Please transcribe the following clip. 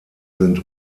sind